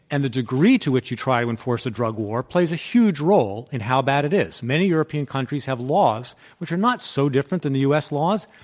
and the degree to which you try to enforce a drug war plays a huge role in how bad it is. many european countries have laws which are not so different than the u. s. laws,